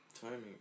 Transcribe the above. timing